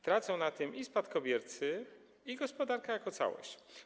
Tracą na tym i spadkobiercy, i gospodarka jako całość.